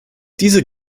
diese